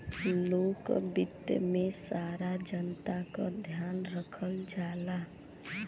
लोक वित्त में सारा जनता क ध्यान रखल जाला